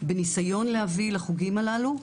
בנסיון להביא לחוגים הללו,